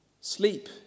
Sleep